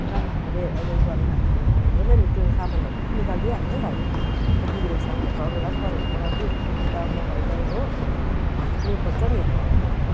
राम्रोसँगले अब यो गरेन भनेदेखि त हुँदैन नि त्यो सामानहरू सबै निकालिदिई हाल्नु है भाइ त्यस्तो बिग्रेको सामानहरू अरूलाई पर्यो भने त रड्डी हुन्छ म त अब म भइगएँ हो निहुँ खोज्छ नि अब अरूले त